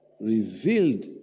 revealed